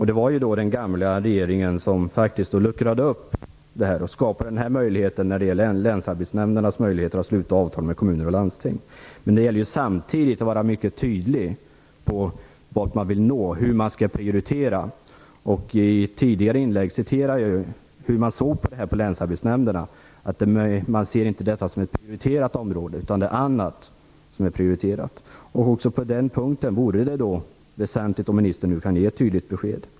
Det var den förra regeringen som luckrade upp reglerna och skapade möjligheten för länsarbetsnämnderna att sluta avtal med kommuner och landsting. Men det gäller samtidigt att vara mycket tydlig vart man vill nå och hur man skall prioritera. I ett tidigare inlägg beskrev jag hur länsarbetsnämnderna såg på detta. De ser inte detta som ett prioriterat område, utan det är annat som är prioriterat. Också på den punkten vore det väsentligt om ministern nu kan ge ett tydligt besked.